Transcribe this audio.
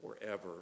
forever